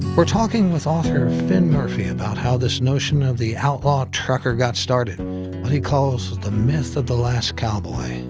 we're talking with author finn murphy about how this notion of the outlaw trucker got started what he calls the myth of the last cowboy.